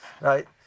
Right